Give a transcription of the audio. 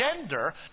gender